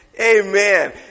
Amen